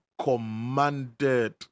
commanded